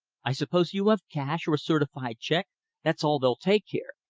i suppose you have cash or a certified check that's all they'll take here.